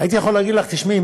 הייתי יכול להגיד לך: תשמעי,